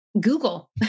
Google